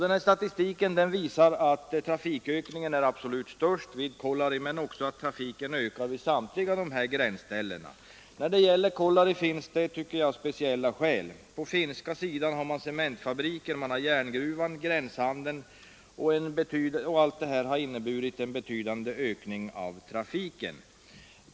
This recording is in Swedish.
Denna statistik visar att trafikökningen är absolut störst vid Kolari men också att trafiken ökar vid samtliga dessa gränsorter. När det gäller Kolari finns speciella skäl. På den finska sidan ligger cementfabriken, järngruvan och gränshandeln, vilket allt har inneburit en betydande ökning av trafiken.